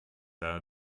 are